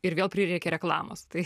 ir vėl prireikė reklamos tai